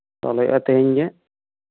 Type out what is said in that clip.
ᱛᱚᱞ ᱦᱩᱭᱩᱜᱼᱟ ᱛᱮᱦᱮᱧ ᱜᱮ